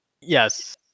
Yes